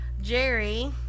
Jerry